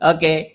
Okay